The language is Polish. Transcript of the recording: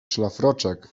szlafroczek